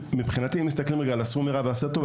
מבחינתי אם מסתכלים רגע על ״סור מרע ועשה טוב״,